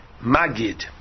Magid